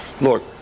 Look